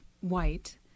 white